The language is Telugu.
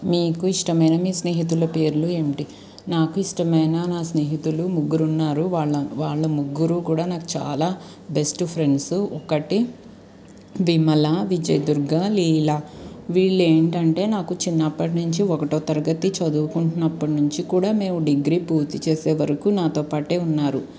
మీకు ఇష్టమైన మీ స్నేహితుల పేర్లు ఏమిటి నాకు ఇష్టమైన నా స్నేహితులు ముగ్గురున్నారు వాళ్ళ వాళ్ళ ముగ్గురు కూడా నాకు చాలా బెస్ట్ ఫ్రెండ్స్ ఒకటి విమల విజయ దుర్గ లీల వీళ్ళు ఏంటంటే నాకు చిన్నప్పటినుంచి ఒకటో తరగతి చదువుకున్నప్పటినుంచి కూడా మేము డిగ్రీ పూర్తి చేసే వరకు నాతో పాటే ఉన్నారు